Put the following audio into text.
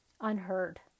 unheard